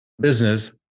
business